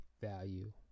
value